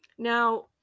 Now